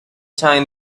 time